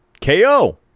KO